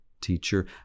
teacher